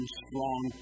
strong